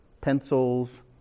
pencils